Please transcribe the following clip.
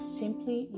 simply